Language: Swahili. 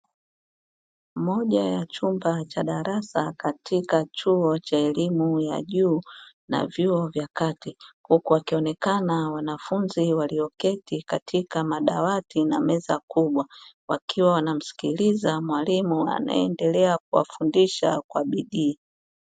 Moja ya chumba cha darasa katika chuo cha elimu ya juu na vyuo vya kati, huku wakionekana wanafunzi walioketi katika madawati na meza kubwa, wakiwa wanamsikiliza mwalimu anayeendelea kuwafundisha kwa bidii.